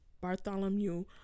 Bartholomew